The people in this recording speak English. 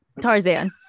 Tarzan